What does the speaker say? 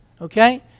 Okay